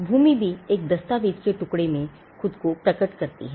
भूमि भी एक दस्तावेज के एक टुकड़े में खुद को प्रकट करती है